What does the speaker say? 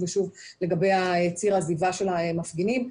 ושוב לגבי ציר העזיבה של המפגינים.